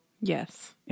Yes